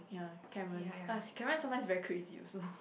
ya Karen cause Karen sometimes very crazy also